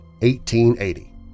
1880